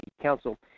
council